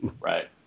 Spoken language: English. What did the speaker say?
right